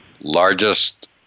largest